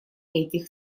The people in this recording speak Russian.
этих